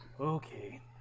Okay